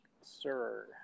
sir